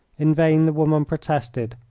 in vain the woman protested.